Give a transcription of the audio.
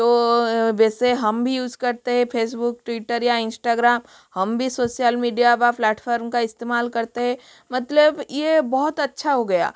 तो वैसे हम भी यूज़ करते है फेसबुक ट्विटर या इंस्टाग्राम हम भी सोशल मीडिया व प्लैटफर्म का इस्तेमाल करते है मतलब ये बहुत अच्छा हो गया